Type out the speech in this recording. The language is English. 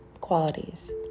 qualities